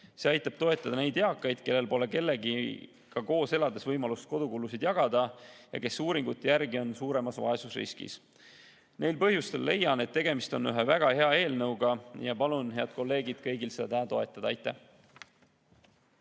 See aitab toetada neid eakaid, kellel pole kellegagi koos elades võimalust kodukulusid jagada, ja kes uuringute järgi on suuremas vaesusriskis. Neil põhjustel leian, et tegemist on ühe väga hea eelnõuga, ja palun, head kolleegid, kõigil seda täna toetada. Aitäh!